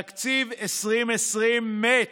תקציב 2020 מת.